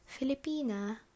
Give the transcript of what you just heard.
Filipina